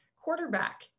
quarterback